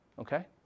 Okay